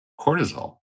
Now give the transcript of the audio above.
cortisol